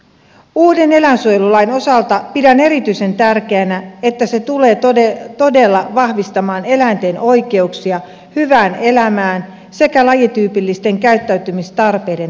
uuden eläinsuojelulain osalta pidän erityisen tärkeänä että se tulee todella vahvistamaan eläinten oikeuksia hyvään elämään sekä lajityypillisten käyttäytymistarpeiden toteuttamiseen